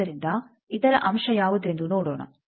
ಆದ್ದರಿಂದ ಇತರ ಅಂಶ ಯಾವುದೆಂದು ನೋಡೋಣ